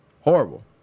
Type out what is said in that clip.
horrible